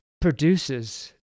produces